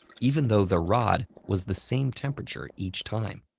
even though the rod was the same temperature each time.